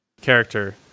character